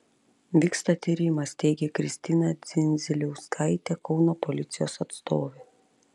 vyksta tyrimas teigė kristina dzindziliauskaitė kauno policijos atstovė